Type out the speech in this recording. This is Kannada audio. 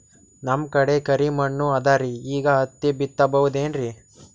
ನಮ್ ಕಡೆ ಕರಿ ಮಣ್ಣು ಅದರಿ, ಈಗ ಹತ್ತಿ ಬಿತ್ತಬಹುದು ಏನ್ರೀ?